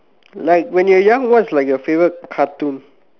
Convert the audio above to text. like when you're young what's like your favourite cartoon